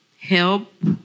help